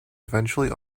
eventually